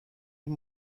این